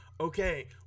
okay